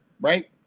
right